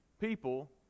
people